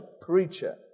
preacher